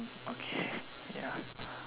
okay ya